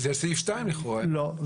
זה לכאורה סעיף 2. לא.